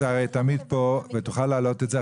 אתה תמיד פה ותוכל להעלות את זה.